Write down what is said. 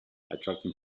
attracting